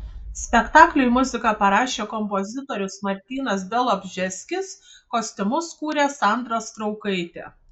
spektakliui muziką parašė kompozitorius martynas bialobžeskis kostiumus kūrė sandra straukaitė